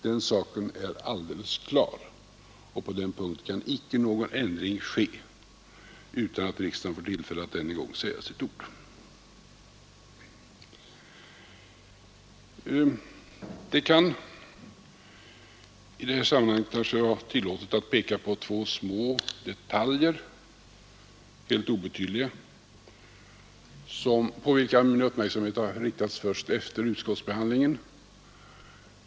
Den saken är alldeles klar, och på den punkten kan icke någon ändring ske utan att riksdagen får tillfälle att än en gång säga sitt ord. I detta sammanhang kanske det också kan vara tillåtet att peka på två små obetydliga detaljer, på vilka min uppmärksamhet har riktats först efter utskottsbehandlingen.